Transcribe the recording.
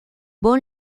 bon